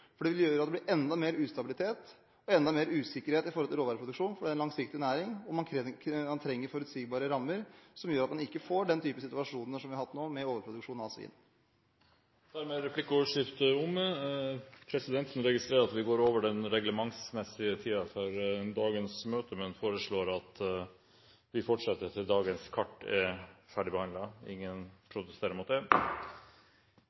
fritt. Det vil gjøre at det blir enda mer ustabilitet og enda mer usikkerhet i forhold til råvareproduksjon for en langsiktig næring, og man trenger forutsigbare rammer som gjør at man ikke får den typen situasjoner som vi har hatt nå med overproduksjon av svin. Dermed er replikkordskiftet omme. Presidenten registrerer at vi er over den reglementsmessige tiden for dagens møte, men foreslår at vi fortsetter til dagens kart er ferdigbehandlet. – Ingen